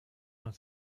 not